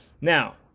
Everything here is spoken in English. Now